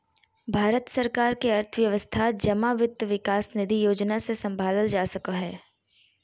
भारत सरकार के अर्थव्यवस्था जमा वित्त विकास निधि योजना से सम्भालल जा सको हय